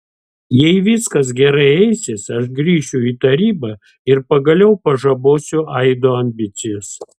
jei viskas gerai eisis aš grįšiu į tarybą ir pagaliau pažabosiu aido ambicijas